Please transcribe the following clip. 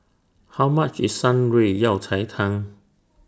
How much IS Shan Rui Yao Cai Tang